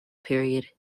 period